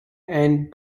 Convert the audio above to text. end